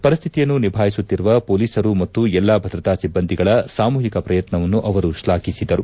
ಪರಿಸ್ಥಿತಿಯನ್ನು ನಿಭಾಯಿಸುತ್ತಿರುವ ಪೊಲೀಸರು ಮತ್ತು ಎಲ್ಲಾ ಭದ್ರತಾ ಸಿಬ್ಬಂದಿಗಳ ಸಾಮೂಹಿಕ ಪ್ರಯತ್ನವನ್ನು ಅವರು ಶ್ಲಾಘಿಸಿದರು